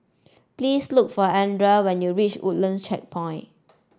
please look for Ardelle when you reach Woodlands Checkpoint